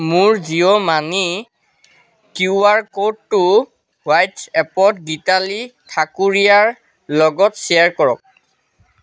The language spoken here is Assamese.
মোৰ জিঅ' মানি কিউআৰ ক'ডটো হোৱাট্ছএপত গীতালি ঠাকুৰীয়াৰ লগত শ্বেয়াৰ কৰক